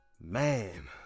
Man